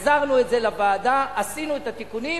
החזרנו את זה לוועדה, עשינו את התיקונים,